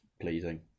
pleasing